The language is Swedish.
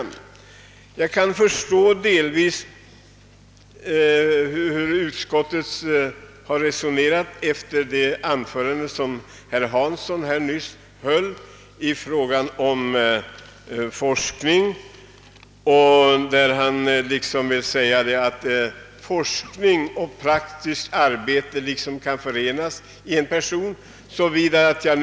Efter det anförande som herr Hansson i Skegrie nyss höll kan jag delvis förstå hur utskottet resonerat. Herr Hansson i Skegrie ville nämligen, om jag inte helt missförstod honom, göra gällande att forskningsarbete och det praktiska arbetet kan utföras av en och samma person.